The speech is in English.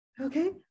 okay